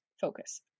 focus